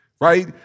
right